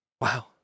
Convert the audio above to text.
Wow